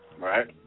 Right